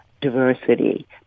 diversity